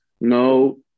no